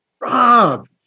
Rob